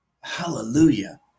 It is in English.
Hallelujah